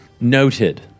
Noted